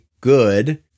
good